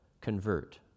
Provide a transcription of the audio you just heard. convert